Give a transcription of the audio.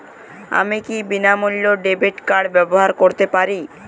আমি কি বিনামূল্যে ডেবিট কার্ড ব্যাবহার করতে পারি?